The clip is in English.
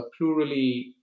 plurally